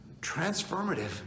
transformative